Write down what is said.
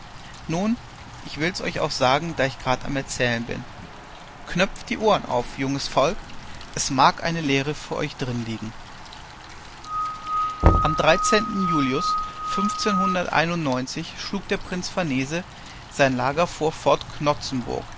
nun ich will's euch auch sagen da ich grad am erzählen bin knöpft die ohren auf junges volk es mag eine lehre für euch drin liegen am dreizehnten julius fünfzehnhunderteinundneunzig schlug der prinz farnese sein lager vor fort